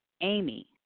Amy